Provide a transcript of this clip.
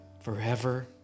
forever